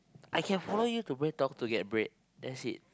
I can follow you to BreadTalk to get bread that's it